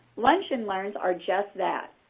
lunch-and-learns are just that.